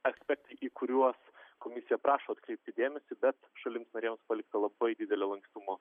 aspektai į kuriuos komisija prašo atkreipti dėmesį bet šalims narėms paliko labai didelio lankstumo